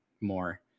more